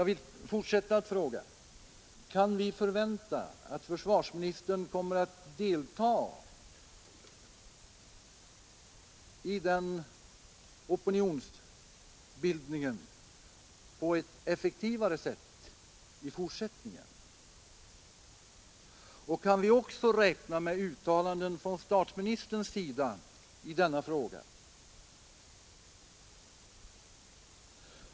Jag vill fortsätta att fråga: Kan vi förvänta att försvarsministern kommer att delta i opinionsbildningen på ett effektivare sätt i fortsättningen, och kan vi också räkna med uttalanden från statsministerns sida i denna fråga?